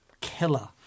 killer